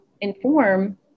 inform